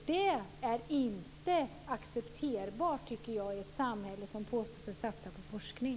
Det är inte acceptabelt, tycker jag, i ett samhälle som påstår sig satsa på forskning.